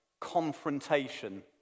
confrontation